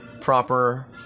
proper